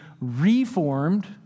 reformed